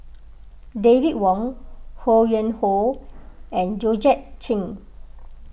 David Wong Ho Yuen Hoe and Georgette Chen